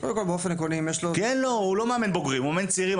כי הוא לא מאמן בוגרים; הוא מאמן צעירים,